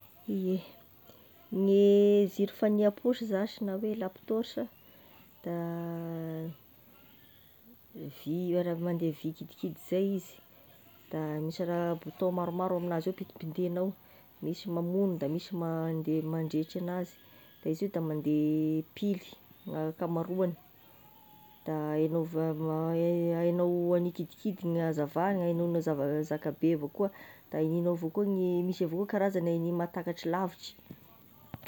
Ie gne ziro fany apôsy zashy na hoe lampe torche, da vy araha mandeha vy kidikidy zay izy, da misy raha bouton maromaro aminazy ao pindipindenao da misy mamono da misy mande- mandrehitry anazy, da izy io da mande pily gn'ankamaroany, da enao ah- va- ahenao ame kidikidigny gn'hazavany, ahenonao zakabe avao koa, da ininao avao koa gne misy avao ,karazany gnany mahatakatry lavitry.